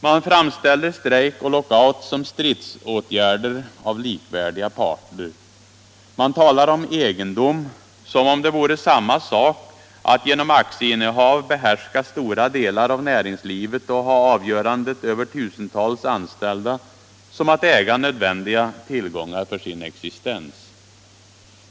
Man framställer strejk och lockout som stridsåtgärder av likvärdiga parter. Man talar om egendom som om det vore samma sak att genom aktieinnehav behärska stora delar av näringslivet och ha avgörandet över tusentals anställda som att äga nödvändiga tillgångar för sin existens.